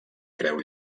creu